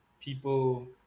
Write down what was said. people